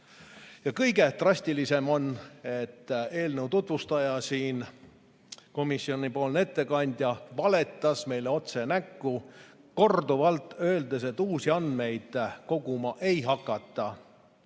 Kõige drastilisem on, et eelnõu tutvustaja, komisjoni ettekandja, valetas meile otse näkku, korduvalt öeldes, et uusi andmeid koguma ei hakata.